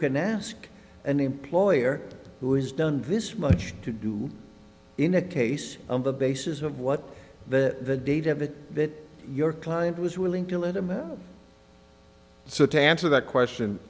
can ask an employer who has done vis much to do in a case on the basis of what the date of a bit your client was willing to let him out so to answer that question